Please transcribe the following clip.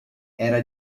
era